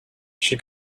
she